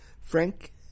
Frank